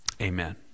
Amen